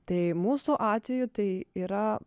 tai mūsų atveju tai yra